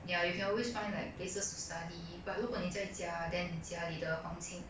ya you can always find like places to study but 如果你在家 then 你家里的环境